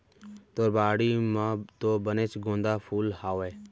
तोर बाड़ी म तो बनेच गोंदा फूल हावय